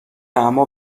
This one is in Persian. اما